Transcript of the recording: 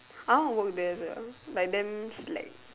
I wanna work there sia like damn slack